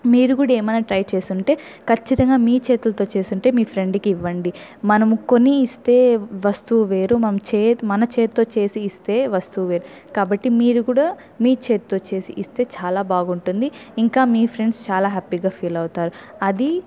మీరు కూడా ఏమైనా ట్రై చేసుంటే ఖచ్చితంగా మీ చేతులతో చేసుంటే మీ ఫ్రెండ్కి ఇవ్వండి మనము కొని ఇస్తే వస్తువు వేరు మన చే చేతితో చేసి ఇస్తే వస్తువు వేరు కాబట్టి మీరు కూడా మీ చేతితో చేసి ఇస్తే చాలా బాగుంటుంది ఇంకా మీ ఫ్రెండ్స్ చాలా హ్యాపీగా ఫీల్ అవుతారు అది